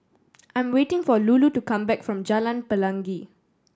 I'm waiting for Lulu to come back from Jalan Pelangi